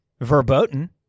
verboten